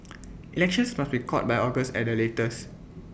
elections must be called by August at the latest